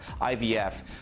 IVF